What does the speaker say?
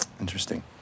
Interesting